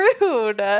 rude